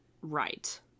Right